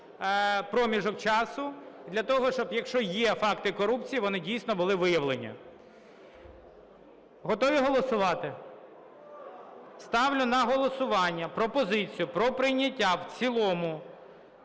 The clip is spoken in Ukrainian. проміжок часу для того, щоб якщо є факти корупції, вони дійсно були виявлені. Готові голосувати? Ставлю на голосування пропозицію про прийняття в цілому,